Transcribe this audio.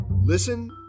listen